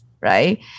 right